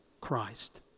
Christ